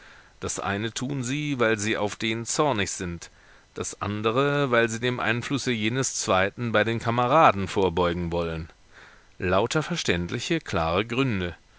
das eine tun sie weil sie auf den zornig sind das andere weil sie dem einflusse jenes zweiten bei den kameraden vorbeugen wollen lauter verständliche klare gründe